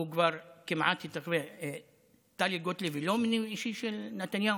טלי גוטליב היא לא מינוי אישי של נתניהו?